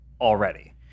already